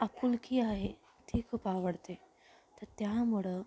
आपुलकी आहे ती खूप आवडते तर त्यामुळं